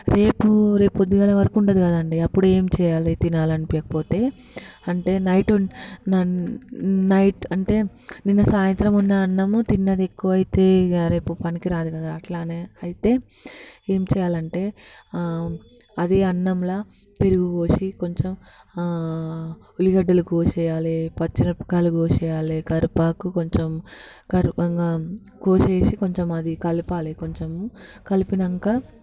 రేపు రేపు పొద్దున్న వరకు ఉండదు కదా అండి అప్పుడు ఏం చేయాలి తినాలి అనిపించకపోతే అంటే నైట్ నైట్ అంటే నిన్న సాయంత్రం ఉన్న అన్నము తిన్నది ఎక్కువ అయితేగా రేపు పనికి రాదు కదా అట్లానే అయితే ఏం చేయాలంటే అది అన్నంలో పెరుగు పోసి కొంచెం ఉల్లిగడ్డలు కోసేయాలి పచ్చిమిరపకాయలు కోసేయాలి కరివేపాకు కొంచెం కరే ఇంకా కోసేసి కొంచెం అది కలపాలి కొంచెం కలిపాక